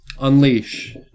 unleash